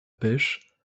pêche